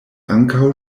ankaŭ